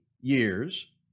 years